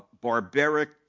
barbaric